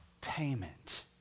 payment